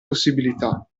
possibilità